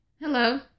Hello